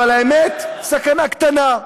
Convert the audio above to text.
אבל האמת, סכנה קטנה.